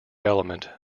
element